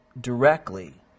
directly